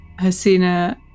Hasina